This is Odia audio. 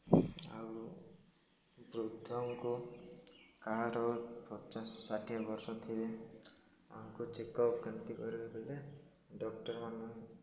ଆଉ ବୃଦ୍ଧଙ୍କୁ କାହାର ପଚାଶ ଷାଠିଏ ବର୍ଷ ଥିବେ ଆମକୁ ଚେକଅପ୍ କେମିତି କରିବା ବଲେ ଡକ୍ଟରମାନ